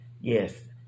Yes